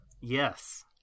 Yes